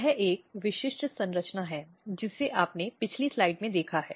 यह एक विशिष्ट संरचना है जिसे आपने पिछली स्लाइड में देखा है